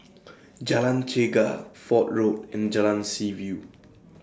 Jalan Chegar Fort Road and Jalan Seaview